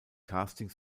casting